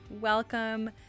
welcome